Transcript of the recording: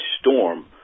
storm